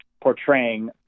portraying